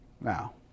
Now